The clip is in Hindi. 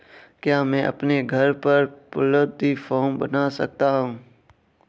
क्या मैं अपने घर पर पोल्ट्री फार्म बना सकता हूँ?